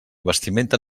vestimenta